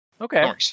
Okay